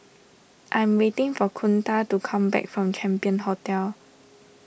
I'm waiting for Kunta to come back from Champion Hotel